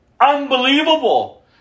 unbelievable